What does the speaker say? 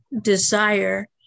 desire